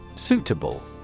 Suitable